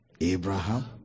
Abraham